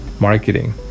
marketing